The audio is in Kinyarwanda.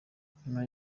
nyuma